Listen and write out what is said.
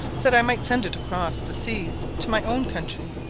that i might send it across the seas to my own country,